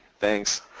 Thanks